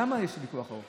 למה יש ויכוח ארוך?